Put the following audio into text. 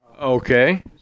okay